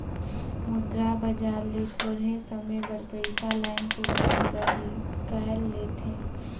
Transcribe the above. मुद्रा बजार ले थोरहें समे बर पइसा लाएन के काम ल हिंकाएल लेथें